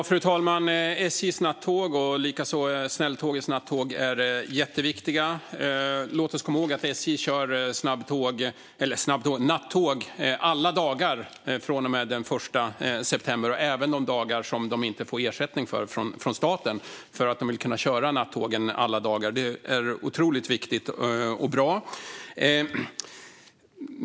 Fru talman! SJ:s nattåg och likaså snälltåg och snabbtåg är jätteviktiga. Låt oss komma ihåg att SJ kör nattåg alla dagar från och med den 1 september och även de dagar som de inte får ersättning för från staten, för de vill kunna köra nattågen alla dagar. Det är otroligt viktigt och bra.